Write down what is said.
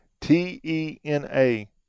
T-E-N-A